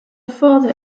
father